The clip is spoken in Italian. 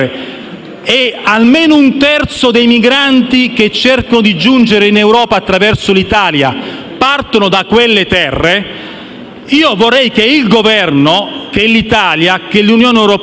e almeno un terzo dei migranti che cercano di giungere in Europa attraverso l'Italia parte da quelle terre - vorrei che il Governo, l'Italia e l'Unione europea